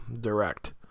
direct